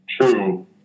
true